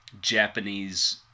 Japanese